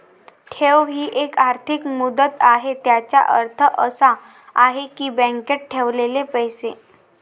ठेव ही एक आर्थिक मुदत आहे ज्याचा अर्थ असा आहे की बँकेत ठेवलेले पैसे